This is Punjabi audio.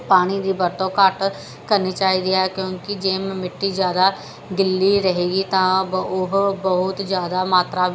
ਪਾਣੀ ਦੀ ਵਰਤੋਂ ਘੱਟ ਕਰਨੀ ਚਾਹੀਦੀ ਹੈ ਕਿਉਂਕਿ ਜੇ ਮਿੱਟੀ ਜ਼ਿਆਦਾ ਗਿੱਲੀ ਰਹੇਗੀ ਤਾਂ ਬ ਉਹ ਬਹੁਤ ਜ਼ਿਆਦਾ ਮਾਤਰਾ